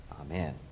Amen